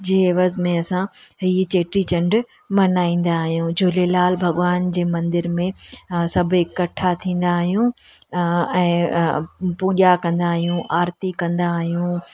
जे एवज़ि में असां हीउ चेटी चंडु मल्हाईंदा आहियूं झूलेलाल भॻिवान जे मंदर में सभु इकठ्ठा थींदा आहियूं ऐं पूॼा कंदा आहियूं आरती कंदा आहियूं